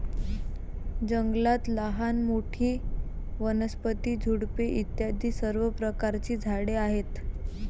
जंगलात लहान मोठी, वनस्पती, झुडपे इत्यादी सर्व प्रकारची झाडे आहेत